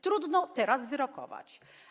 Trudno teraz wyrokować.